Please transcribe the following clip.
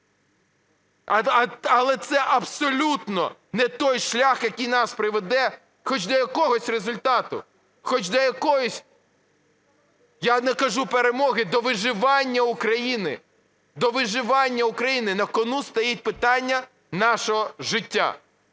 Але це абсолютно не той шлях, який нас приведе хоч до якогось результату, хоч до якоїсь, я не кажу перемоги, до виживання України, до виживання України. На кону стоїть питання нашого життя.